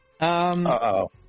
Uh-oh